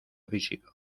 físico